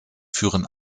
führen